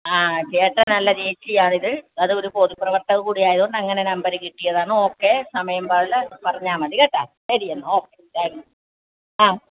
ആ ചേട്ടൻ അല്ല ചേച്ചിയാണിത് അതൊരു പൊതുപ്രവർത്തക കൂടി ആയതുകൊണ്ട് അങ്ങനെ നമ്പർ കിട്ടിയതാണ് ഓക്കെ സമയം പറഞ്ഞാൽ മതി കേട്ടോ ശരി എന്നാൽ ഓക്കെ ആ